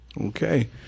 Okay